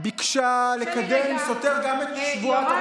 ביקשה לקדם סותר את שבועת הרופא העברי.